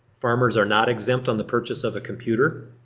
farmers are not exempt on the purchase of a computer.